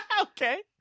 okay